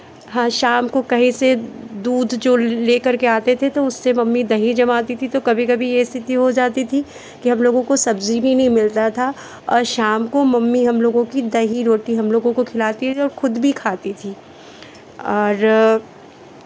हाँ शाम को कहीं से दूध जो ले करके आते थे तो उससे मम्मी दही जमाती थी तो कभी कभी ये स्थिति हो जाती थी की हम लोगों को सब्ज़ी नहीं मिलता था और शाम को मम्मी हम लोगों की दही रोटी हम लोगों को खिलाती और खुद भी खाती थी और